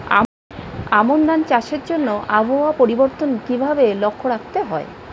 আমন ধান চাষের জন্য আবহাওয়া পরিবর্তনের কিভাবে লক্ষ্য রাখতে হয়?